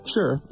Sure